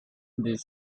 this